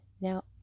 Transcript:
Now